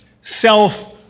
self